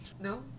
No